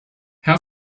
herr